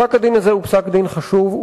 פסק-הדין הזה הוא פסק-דין חשוב,